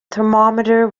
thermometer